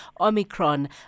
Omicron